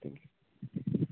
thank you